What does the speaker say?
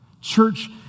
Church